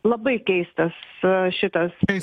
labai keistas šitas